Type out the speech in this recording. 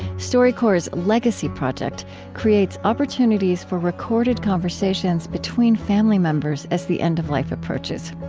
storycorps' legacy project creates opportunities for recorded conversations between family members as the end of life approaches.